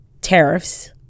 tariffs